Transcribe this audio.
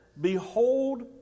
Behold